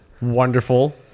wonderful